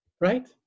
Right